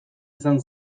izan